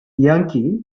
yankee